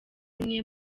imwe